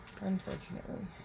Unfortunately